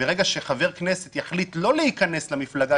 ברגע שחבר כנסת יחליט לא להיכנס למפלגה